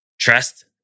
Trust